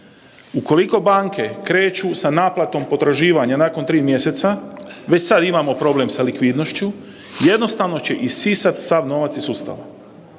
ukoliko banke kreću sa naplatom potraživanja nakon tri mjeseca, već sada imamo problem sa likvidnošću jednostavno će isisat sav novac iz sustava.